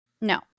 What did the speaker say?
No